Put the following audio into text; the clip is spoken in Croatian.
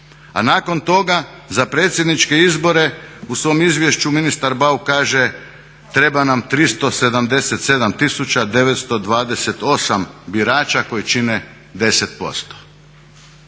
A nakon toga za predsjedničke izbore u svom izvješću ministar Bauk kaže treba nam 377 tisuća 928 birača koji čine 10%.